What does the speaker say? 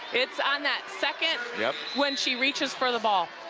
it's on that second yeah. when she reaches for the ball.